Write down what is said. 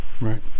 Right